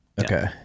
Okay